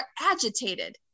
agitated